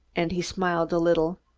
and he smiled a little,